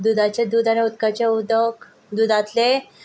दुदाचे दूद आनी उदकाचे उदक दुदांतलें